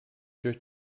durch